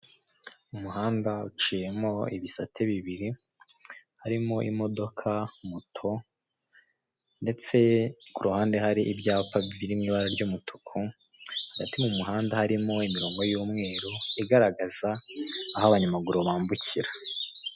umuhanda uciyemo ibisate bibiri harimo imodoka moto, ndeste kuruhande hari ibyapa biri mwibara ry'umutuku hagati m'umuhanda harimo imirongo y'umweru igaragaza aho abanyamaguru bambukira.